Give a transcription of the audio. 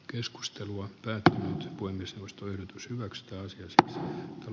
keskustelua työtä kuin myös nostoyritys max toisesta on